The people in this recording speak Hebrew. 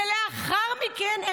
ולאחר מכן,